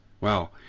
Wow